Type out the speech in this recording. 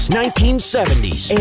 1970s